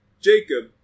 Jacob